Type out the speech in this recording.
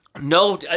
no